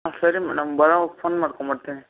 ಸರಿ ಮೇಡಮ್ ಬರೋವಾಗ ಫೋನ್ ಮಾಡ್ಕೊಂಬರ್ತೀನಿ